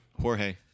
Jorge